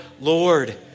Lord